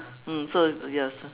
mm so ya so